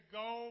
go